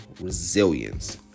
resilience